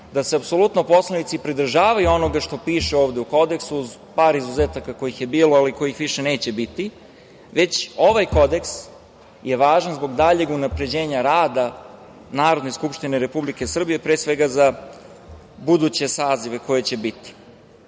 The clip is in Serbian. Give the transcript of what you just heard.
da se apsolutno poslanici pridržavaju onoga što piše ovde u kodeksu, par izuzetaka je bilo, ali kojih više neće biti, već ovaj kodeks je važan zbog daljeg unapređenja rada Narodne skupštine Republike Srbije, pre svega za buduće sazive koji će biti. Sve